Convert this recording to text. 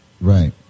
Right